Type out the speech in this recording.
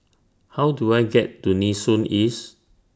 How Do I get to Nee Soon East